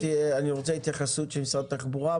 אני רוצה התייחסות של משרד התחבורה,